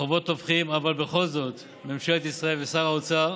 החובות תופחים, אבל בכל זאת ממשלת ישראל ושר האוצר